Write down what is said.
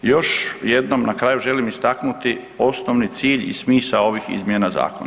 Još jednom na kraju želim istaknuti osnovni cilj i smisao ovih izmjena zakona.